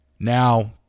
Now